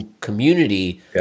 community